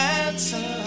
answer